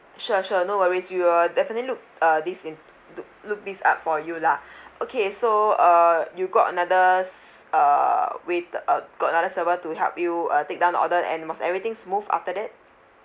sure sure no worries we will definitely look uh this in look look this up for you lah okay so uh you got another s~ uh waite~ uh got another server to help you uh take down the order and was everything smooth after that